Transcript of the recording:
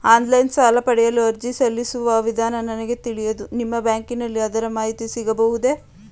Online ಸಾಲ ಪಡೆಯಲು ಅರ್ಜಿ ಸಲ್ಲಿಸುವ ವಿಧಾನ ನನಗೆ ತಿಳಿಯದು ನಿಮ್ಮ ಬ್ಯಾಂಕಿನಲ್ಲಿ ಅದರ ಮಾಹಿತಿ ಸಿಗಬಹುದೇ?